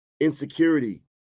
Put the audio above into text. insecurity